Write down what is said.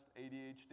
ADHD